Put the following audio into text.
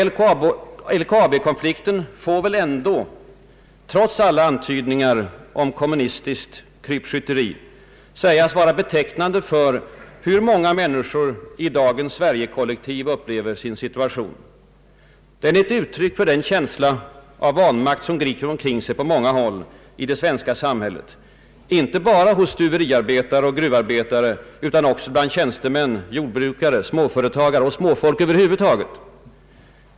LKAB-konflikten får väl ändå, trots alla antydningar om kommunistiskt krypskytte, sägas vara betecknande för hur många människor i dagens Sverigekollektiv upplever sin situation, Den är ett uttryck för den känsla av vanmakt som griper omkring sig på många håll i det svenska samhället, inte bara hos stuveriarbetare och gruvarbetare, utan också bland tjänstemän, jordbrukare, småföretagare och småfolk över huvud taget.